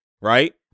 right